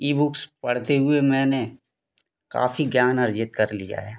ई books पढ़ते हुए मैंने काफ़ी ज्ञान अर्जित कर लिया है